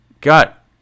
Got